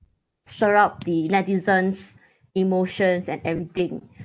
stirred up the netizens' emotions and everything